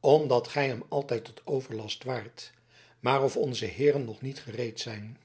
omdat gij hem altijd tot overlast waart maar of onze heeren nog niet gereed zijn